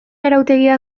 arautegia